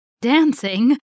Dancing